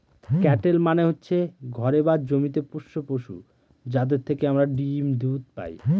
cattle মানে হচ্ছে ঘরে বা জমিতে পোষ্য পশু, যাদের থেকে আমরা ডিম দুধ পায়